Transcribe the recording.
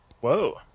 Whoa